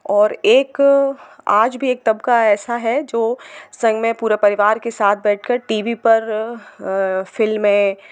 और एक आज भी एकदम तबका ऐसा है जो संग में पूरा परिवार के साथ बैठकर टी वी पर फ़िल्में